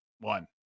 one